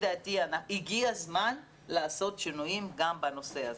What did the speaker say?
דעתי הגיע הזמן לעשות שינויים גם בנושא הזה.